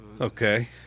Okay